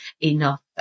enough